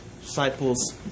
Disciples